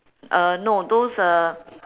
uh no those uh